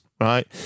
Right